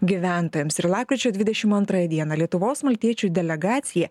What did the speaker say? gyventojams ir lapkričio dvidešim antrąją dieną lietuvos maltiečių delegacija